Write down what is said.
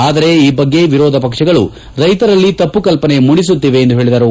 ಆದರೆ ಈ ಬಗ್ಗೆ ವಿರೋಧ ಪಕ್ಷಗಳು ರೈತರಲ್ಲಿ ತಪ್ಪು ಕಲ್ಪನೆ ಮೂಡಿಸುತ್ತಿವೆ ಎಂದು ಹೇಳಿದರು